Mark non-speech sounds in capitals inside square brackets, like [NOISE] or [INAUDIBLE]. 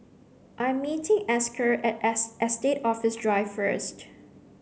I meeting Esker at [UNINTELLIGIBLE] Estate Office Drive first